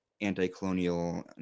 anti-colonial